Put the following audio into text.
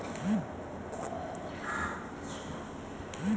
माटी में गोबर के खाद डालला से ओकर गुण बनल रहत हवे